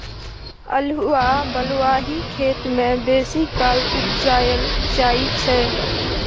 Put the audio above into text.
अल्हुआ बलुआही खेत मे बेसीकाल उपजाएल जाइ छै